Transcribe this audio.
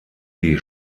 die